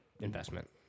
investment